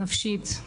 נפשית,